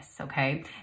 okay